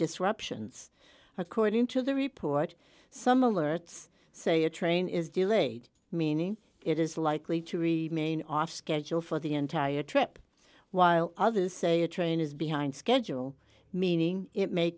disruptions according to the report some alerts say a train is delayed meaning it is likely to remain off schedule for the entire trip while others say a train is behind schedule meaning it may